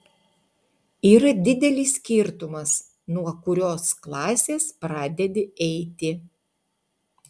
yra didelis skirtumas nuo kurios klasės pradedi eiti